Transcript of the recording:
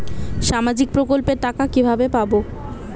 সামাজিক প্রকল্পের টাকা কিভাবে পাব?